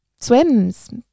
swims